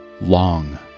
long